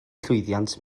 llwyddiant